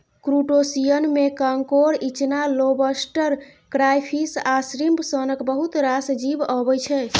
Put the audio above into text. क्रुटोशियनमे कांकोर, इचना, lobster, crayfish आ श्रिंप सनक बहुत रास जीब अबै छै